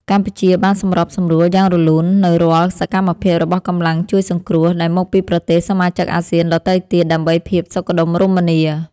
កម្ពុជាបានសម្របសម្រួលយ៉ាងរលូននូវរាល់សកម្មភាពរបស់កម្លាំងជួយសង្គ្រោះ ដែលមកពីប្រទេសសមាជិកអាស៊ានដទៃទៀត ដើម្បីភាពសុខដុមរមនា។